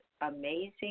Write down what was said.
amazing